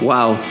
Wow